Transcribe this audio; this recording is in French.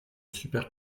super